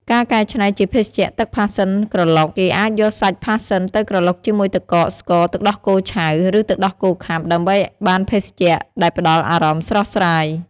ការកែច្នៃជាភេសជ្ជៈទឹកផាសសិនក្រឡុក គេអាចយកសាច់ផាសសិនទៅក្រឡុកជាមួយទឹកកក ស្ករ ទឹកដោះគោឆៅ ឬទឹកដោះគោខាប់ ដើម្បីបានភេសជ្ជៈដែលផ្តល់អារម្មណ៍ស្រស់ស្រាយ។